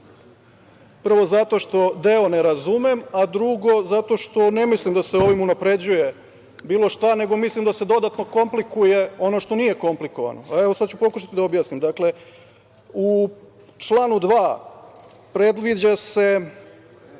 Prvo, zato što deo ne razumem. Drugo, zato što ne mislim da se ovim unapređuje bilo šta, nego mislim da se dodatno komplikuje ono što nije komplikovano i sada ću pokušati da objasnim. Dakle, u članu 2. predviđa se